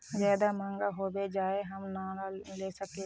ज्यादा महंगा होबे जाए हम ना लेला सकेबे?